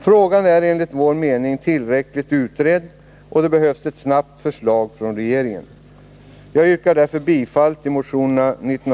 Frågan är enligt vår mening tillräckligt utredd, och det behövs ett snabbt förslag från regeringen.